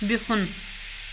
بیُہُن